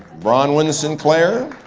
bronwyn sinclair,